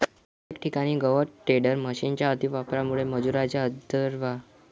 अनेक ठिकाणी गवत टेडर मशिनच्या अतिवापरामुळे मजुरांच्या उदरनिर्वाहावर परिणाम झाल्याचे दिसून येत आहे